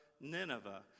Nineveh